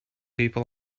people